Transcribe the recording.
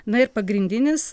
na ir pagrindinis